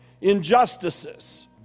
injustices